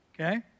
Okay